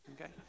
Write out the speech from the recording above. Okay